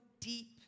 deep